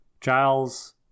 Giles